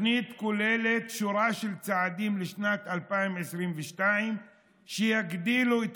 התוכנית כוללת שורה של צעדים לשנת 2022 שיגדילו את